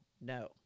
no